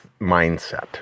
mindset